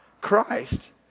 Christ